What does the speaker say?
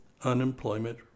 unemployment